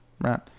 right